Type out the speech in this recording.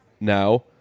now